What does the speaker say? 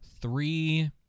three